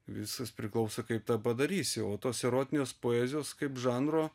viskas priklauso kaip tą padarysi o tos erotinės poezijos kaip žanro